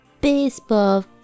baseball